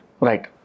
Right